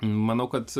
manau kad